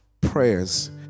prayers